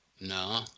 No